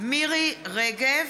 אני כאן, ואני, (קוראת בשם חברת הכנסת) מירי רגב,